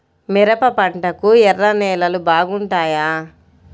మిరప పంటకు ఎర్ర నేలలు బాగుంటాయా?